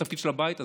התפקיד של הבית הזה.